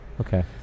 Okay